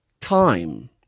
time